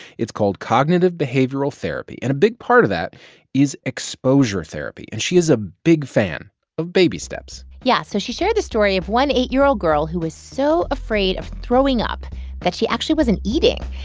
it's called cognitive behavioral therapy, and a big part of that is exposure therapy, and she is a big fan of baby steps yeah, so she shared the story of one eight year old girl who was so afraid of throwing up that she actually wasn't eating.